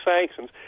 sanctions